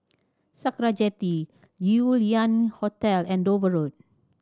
Sakra Jetty Yew Lian Hotel and Dover Road